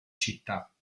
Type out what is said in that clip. città